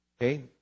Okay